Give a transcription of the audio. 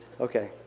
Okay